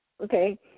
Okay